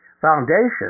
foundation